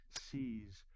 sees